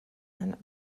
and